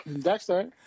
Dexter